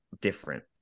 different